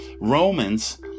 Romans